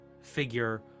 figure